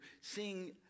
seeing